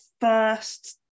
first